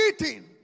eating